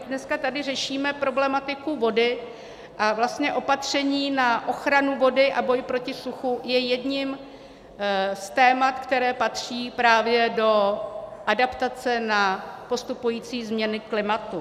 My dneska tady řešíme problematiku vody a opatření na ochranu vody, a boj proti suchu je jedním z témat, která patří právě do adaptace na postupující změny klimatu.